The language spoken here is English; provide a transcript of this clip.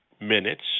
minutes